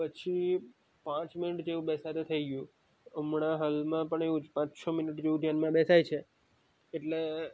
પછી પાંચ મિનિટ જેવું બેસાતું થઈ ગયું હમણાં હાલમાં પણ એવું જ પાંચ છ મિનિટ જેવું ધ્યાનમાં બેસાય છે એટલે